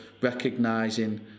recognising